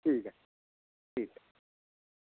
ठीक ऐ ठीक ऐ